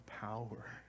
power